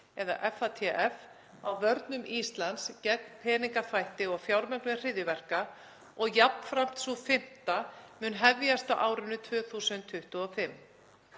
FATF, á vörnum Íslands gegn peningaþvætti og fjármögnun hryðjuverka, og jafnframt sú fimmta, mun hefjast á árinu 2025.